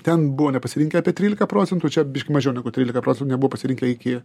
ten buvo nepasirinkę apie trylika procentų čia biškį mažiau negu trylika procen nebuvo pasirikę iki